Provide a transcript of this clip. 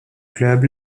club